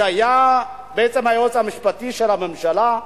שהיה בעצם היועץ המשפטי לממשלה,